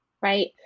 Right